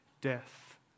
death